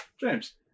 James